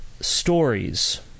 stories